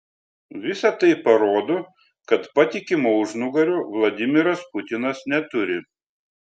visa tai parodo kad patikimo užnugario vladimiras putinas neturi